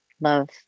love